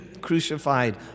crucified